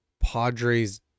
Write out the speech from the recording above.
Padres